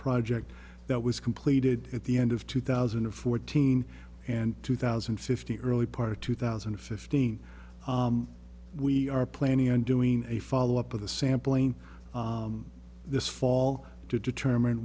project that was completed at the end of two thousand and fourteen and two thousand and fifty early part of two thousand and fifteen we are planning on doing a follow up of the sampling this fall to determine